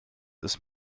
ist